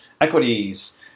equities